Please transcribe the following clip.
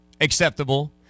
acceptable